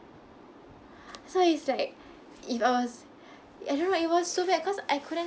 so it's like if I was I don't know it was so bad cause I couldn't